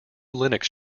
linux